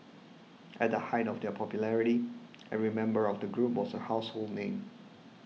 at the height of their popularity every member of the group was a household name